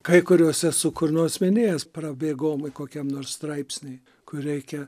kai kuriuos esu kur nors minėjęs prabėgom kokiam nors straipsniui kur reikia